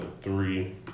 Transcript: three